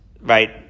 right